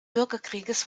bürgerkrieges